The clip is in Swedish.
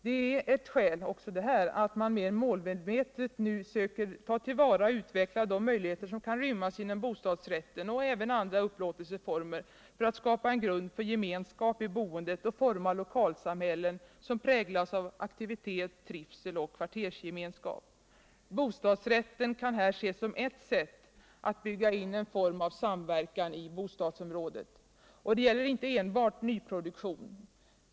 Det är ett skäl att mer målmedvetet söka ta till vara och utveckla de möjligheter som kan rymmas inom bostadsrätten och andra upplåtelseformer för att skapa en grund för gemenskap i boendet och forma lokalsamhällen som präglas av aktivitet, trivsel och kvartersgemenskap. Bostadsrätten kan här ses som ct sätt att bygga in en form av samverkan i bostadsområdet. Och det gäller inte enbart nyproduktion.